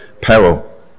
peril